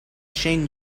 shane